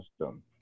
system